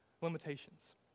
limitations